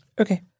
okay